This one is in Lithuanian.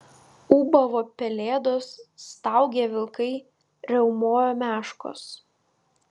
ūbavo pelėdos staugė vilkai riaumojo meškos